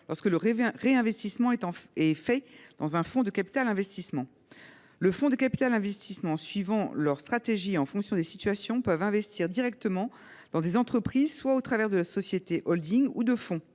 lorsque le réinvestissement est fait dans un fonds de capital investissement. Les fonds de capital investissement, suivant leur stratégie et en fonction des situations, peuvent investir directement dans des entreprises au travers soit de société holdings soit de fonds.